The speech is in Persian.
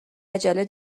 عجله